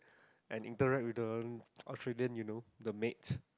and interact with the Australian you know the mate